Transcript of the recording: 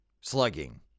slugging